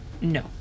No